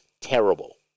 terrible